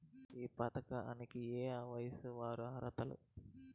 ఈ పథకానికి ఏయే వయస్సు వారు అర్హులు?